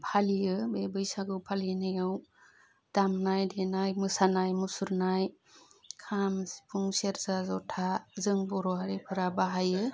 फालियो बे बैसागु फालिनायाव दामनाय देनाय मोसानाय मुसुरनाय खाम सिफुं सेरजा ज'था जों बर' हारिफोरा बाहायो